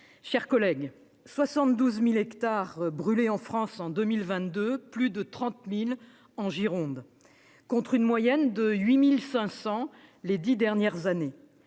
chers collègues, 72 000hectares ont brûlé en France en 2022, dont plus de 30 000 en Gironde, contre une moyenne de 8 500 hectares ces dix dernières années.